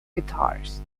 guitars